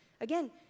again